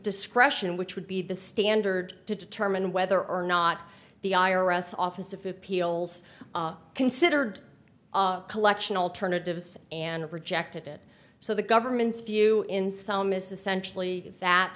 discretion which would be the standard to determine whether or not the i r s office if appeals are considered collection alternatives and rejected it so the government's view in some is essentially that